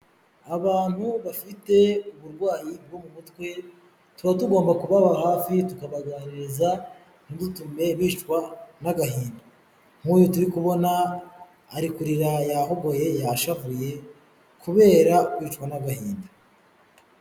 Abantu bafite uburwayi bwo mu mutwe tuba tugomba kubaba hafi tukabaganiriza ntidutume bicwa n'agahinda. Nk'uyu turi kubona ari kurira yahogoye yashavuye kubera kwicwa n'agahinda.